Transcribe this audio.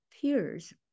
peers